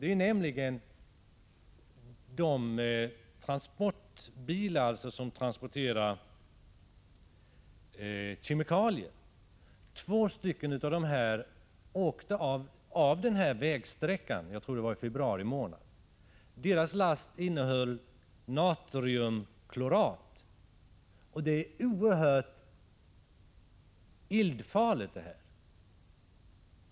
Två av de transportbilar som transporterar kemikalier åkte av den här vägsträckan — jag tror det var i februari månad. Deras last innehöll natriumklorat, en kemikalie som är oerhört eldfarlig.